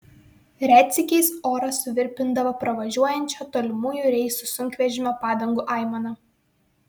retsykiais orą suvirpindavo pravažiuojančio tolimųjų reisų sunkvežimio padangų aimana